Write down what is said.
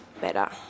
better